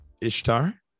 Ishtar